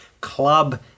club